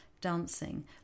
Dancing